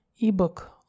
ebook